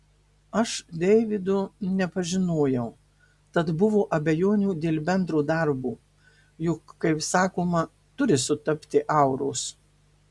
aš deivido nepažinojau tad buvo abejonių dėl bendro darbo juk kaip sakoma turi sutapti auros